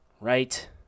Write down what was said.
right